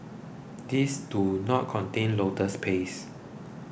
these do not contain lotus paste